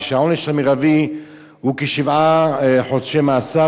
כשהעונש המרבי הוא כשבעה חודשי מאסר,